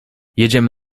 jedziemy